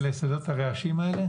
זימנו אותי,